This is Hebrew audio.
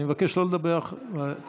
אני מבקש לא לדבר בטלפון.